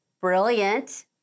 Brilliant